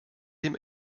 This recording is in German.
dem